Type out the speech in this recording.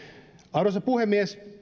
arvoisa puhemies